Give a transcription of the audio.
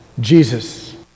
Jesus